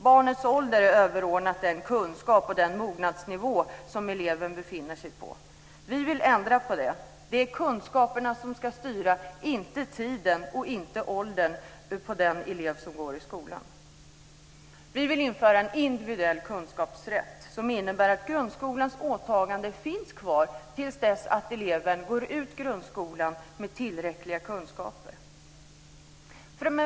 Barnets ålder är överordnat den kunskaps och mognadsnivå som eleven befinner sig på. Vi vill ändra på det. Det är kunskaperna som ska styra, inte tiden och inte åldern på eleven. Vi vill införa en individuell kunskapsrätt som innebär att grundskolans åtagande finns kvar tills eleven går ut grundskolan med tillräckliga kunskaper.